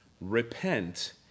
Repent